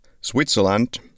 Switzerland